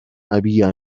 había